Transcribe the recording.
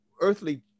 earthly